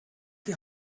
die